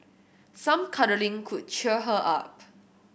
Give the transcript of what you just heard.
some cuddling could cheer her up